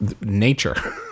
Nature